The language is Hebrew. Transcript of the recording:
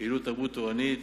בפעילות תרבות תורנית